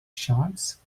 shorts